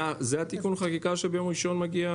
זה תיקון החקיקה שביום ראשון מגיע,